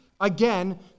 Again